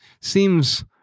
seems